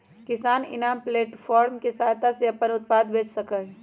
किसान इनाम प्लेटफार्म के सहायता से अपन उत्पाद बेच सका हई